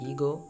Ego